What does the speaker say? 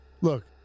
Look